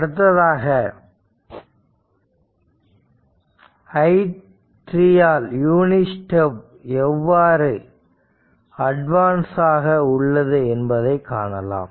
அடுத்ததாக i3 all unit step எவ்வாறு அட்வான்ஸாக உள்ளது என்பதைக் காணலாம்